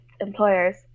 employers